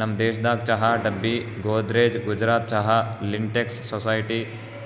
ನಮ್ ದೇಶದಾಗ್ ಚಹಾ ಡಬ್ಬಿ, ಗೋದ್ರೇಜ್, ಗುಜರಾತ್ ಚಹಾ, ಲಿಂಟೆಕ್ಸ್, ಸೊಸೈಟಿ